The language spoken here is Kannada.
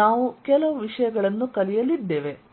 ನಾವು ಕೆಲವು ವಿಷಯಗಳನ್ನು ಕಲಿಯಲಿದ್ದೇವೆ